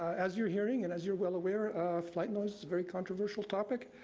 as you are hearing and as you are well aware, flight noise is a very controversial topic.